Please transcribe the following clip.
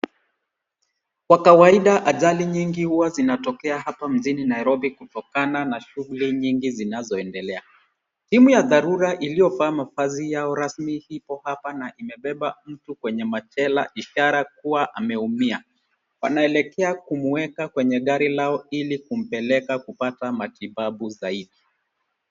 Kwa kawaida ajali nyingi huwa zinatokea hapa mjini Nairobi kutokana na shuguli nyingi zinazoendelea. Timu ya dharura iliyovaa mavazai yao rasmi ipo hapa na imebeba mtu kwenye machela ishara kuwa ameumia. Wanaelekea kumweka kwenye gari lao ili kumpeleka kupata matibabu zaidi.